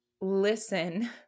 listen